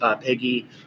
Peggy